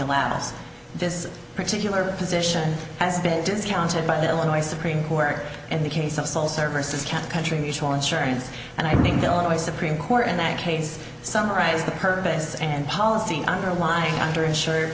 allows this particular position has been discounted by the illinois supreme court and the case of sell services can't country mutual insurance and i think the illinois supreme court in that case summarized the purpose and policy underlying under insured